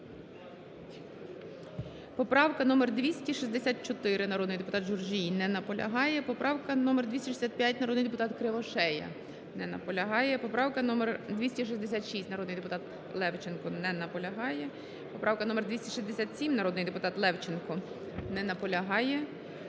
Поправка номер 264, народний депутат Журжій. Не наполягає. Поправка номер 265, народний депутат Кривошея. Не наполягає. Поправка номер 266, народний депутат Левченко. Не наполягає. Поправка номер 267, народний депутат Левченко. Не наполягає.